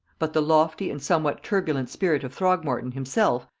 but the lofty and somewhat turbulent spirit of throgmorton himself,